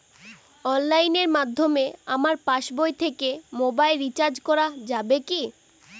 অনলাইনের মাধ্যমে আমার পাসবই থেকে মোবাইল রিচার্জ করা যাবে কি?